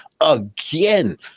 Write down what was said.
again